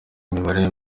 imibare